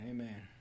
Amen